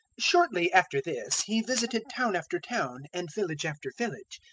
shortly after this he visited town after town, and village after village,